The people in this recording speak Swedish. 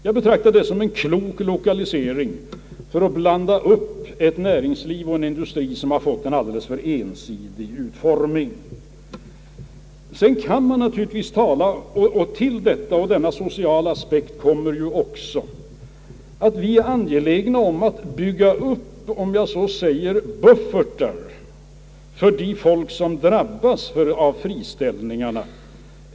Jag betraktar det som en klok lokalisering för att differentiera ett nä ringsliv och en industri som har fått en alldeles för ensidig utformning. Till denna sociala aspekt kommer ju också att vi är angelägna om att bygga upp — om jag så får säga — buffertar för de människor som drabbas av friställningar.